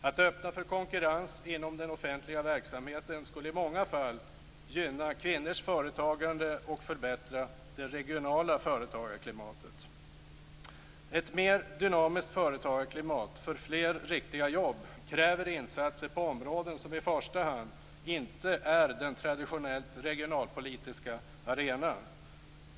Att öppna för konkurrens inom den offentliga verksamheten skulle i många fall gynna kvinnors företagande och förbättra det regionala företagarklimatet. Ett mer dynamiskt företagarklimat för fler riktiga jobb kräver insatser på områden som i första hand inte är den traditionellt regionalpolitiska arenan.